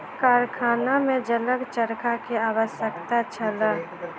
कारखाना में जलक चरखा के आवश्यकता छल